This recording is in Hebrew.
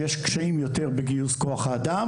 יש יותר קשיים בגיוס כוח-אדם,